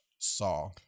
saw